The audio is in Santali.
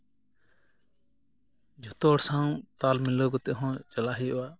ᱡᱷᱚᱛᱚ ᱦᱚᱲ ᱥᱟᱶ ᱛᱟᱞ ᱢᱤᱞᱟᱹᱣ ᱠᱟᱛᱮ ᱦᱚᱸ ᱪᱟᱞᱟᱜ ᱦᱩᱭᱩᱜᱼᱟ